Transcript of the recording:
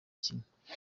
kimwe